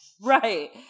Right